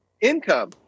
Income